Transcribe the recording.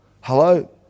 Hello